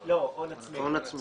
לא, הון עצמי.